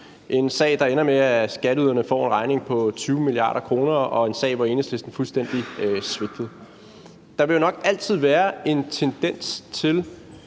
en sag, der ender med, at skatteyderne får en regning på 20 mia. kr., og det er en sag, hvor Enhedslisten fuldstændig svigtede. Der vil jo nok altid være en tendens til,